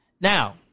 Now